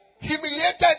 humiliated